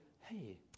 hey